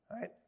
right